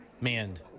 manned